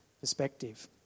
perspective